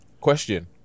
Question